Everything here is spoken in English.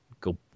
Go